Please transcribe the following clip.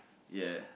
ya